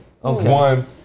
One